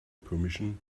permission